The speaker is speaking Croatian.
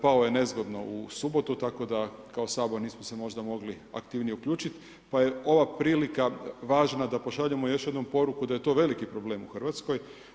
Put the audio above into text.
Pao je nezgodno u subotu, tako da kao Sabor nismo se možda mogli aktivnije uključiti, pa je ova prilika važna da pošaljemo još jednom poruku da je to veliki problem u RH.